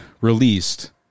released